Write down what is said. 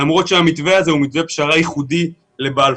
למרות שהמתווה הזה הוא מתווה פשרה ייחודי לבלפור.